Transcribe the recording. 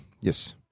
yes